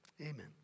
Amen